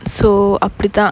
so அப்பிடித்தான்:appidithaan